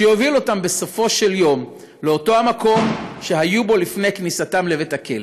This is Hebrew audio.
שיוביל אותם בסופו של יום לאותו מקום שהם היו בו לפני כניסתם לבית הכלא,